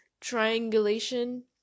triangulation